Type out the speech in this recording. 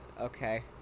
okay